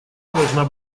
должна